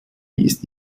ist